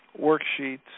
worksheets